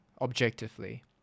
objectively